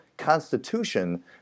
constitution